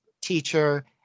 teacher